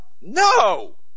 No